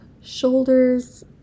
shoulders